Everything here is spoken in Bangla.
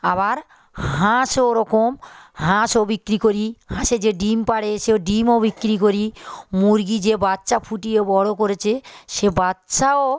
আবার হাঁসও ওরকম হাঁসও বিক্রি করি হাঁসের যে ডিম পাড়ে সেও ডিমও বিক্কিরি করি মুরগি যে বাচ্চা ফুটিয়ে বড়ো করেচে সে বাচ্চাও